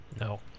no